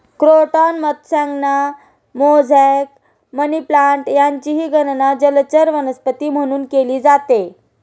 croton मत्स्यांगना, mosaic, money plant यांचीही गणना जलचर वनस्पती म्हणून केली जाते